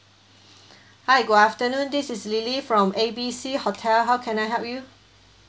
hi good afternoon this is lily from A B C hotel how can I help you